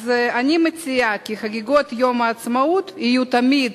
אז אני מציעה שחגיגות יום העצמאות יהיו תמיד